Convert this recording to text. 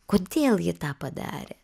kodėl ji tą padarė